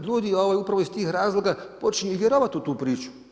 Ljudi upravo iz tih razloga počinju i vjerovati u tu priču.